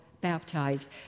baptized